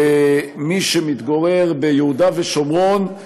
ומי שמתגורר ביהודה ושומרון,